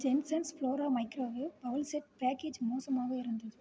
Jensons Flora microwave bowl set package மோசமாக இருந்தது